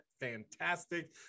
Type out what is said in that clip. fantastic